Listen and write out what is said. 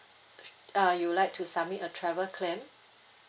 uh you would like to submit a travel claim